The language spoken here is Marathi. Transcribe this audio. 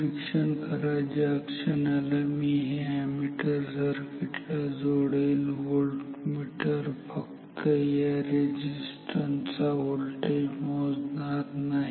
निरीक्षण करा ज्या क्षणाला मी हे अॅमीटर या सर्किट मध्ये जोडेल व्होल्टमीटर फक्त या रेझिस्टन्स व्होल्टेज मोजणार नाही